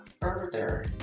further